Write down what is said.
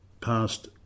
past